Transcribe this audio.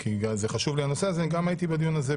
כי חשוב לי הנושא הזה גם הייתי בדיון הזה,